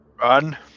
run